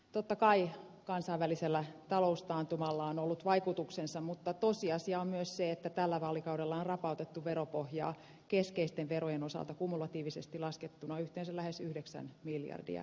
totta kai kansainvälisellä taloustaantumalla on ollut vaikutuksensa mutta tosiasia on myös se että tällä vaalikaudella on rapautettu veropohjaa keskeisten verojen osalta kumulatiivisesti laskettuna yhteensä lähes yhdeksän miljardia